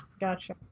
Gotcha